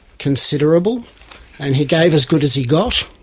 considerable and he gave as good as he got.